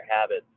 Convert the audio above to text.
habits